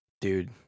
dude